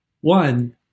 One